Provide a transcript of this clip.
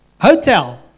hotel